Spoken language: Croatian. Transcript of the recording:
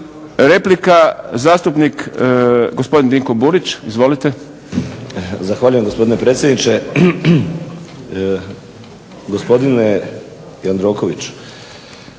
Replika, zastupnik gospodin Dinko Burić. Izvolite. **Burić, Dinko (HDSSB)** Zahvaljujem, gospodine predsjedniče. Gospodine Jandroković,